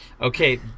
Okay